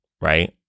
right